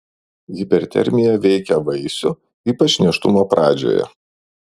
hipertermija veikia vaisių ypač nėštumo pradžioje